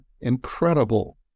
incredible